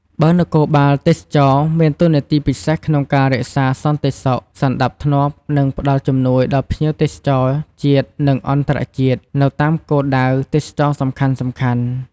បើនគរបាលទេសចរណ៍ មានតួនាទីពិសេសក្នុងការ រក្សាសន្តិសុខ សណ្ដាប់ធ្នាប់ និងផ្ដល់ជំនួយដល់ភ្ញៀវទេសចរណ៍ ជាតិ និងអន្តរជាតិនៅតាមគោលដៅទេសចរណ៍សំខាន់ៗ។